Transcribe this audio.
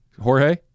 Jorge